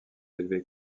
élevée